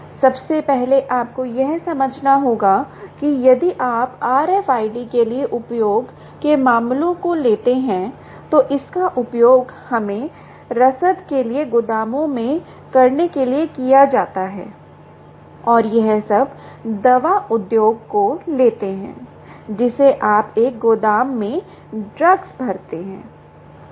सबसे पहले आपको यह समझना होगा कि यदि आप RFID के लिए उपयोग के मामलों को लेते हैं तो इसका उपयोग हमें रसद के लिए गोदामों में करने के लिए किया जाता है और यह सब दवा उद्योग को लेते हैं जिसे आप एक गोदाम में ड्रग्स कहते हैं